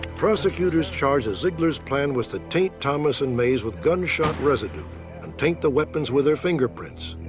prosecutors charge that zeigler's plan was to taint thomas and mays with gunshot residue and taint the weapons with their fingerprints.